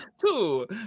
two